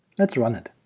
let's run it.